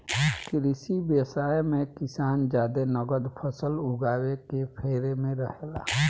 कृषि व्यवसाय मे किसान जादे नगद फसल उगावे के फेरा में रहेला